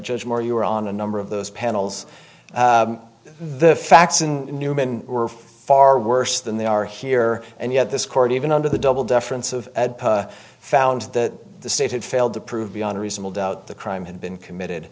judge moore you were on a number of those panels the facts in newman were far worse than they are here and yet this court even under the double deference of found that the state had failed to prove beyond reasonable doubt the crime had been committed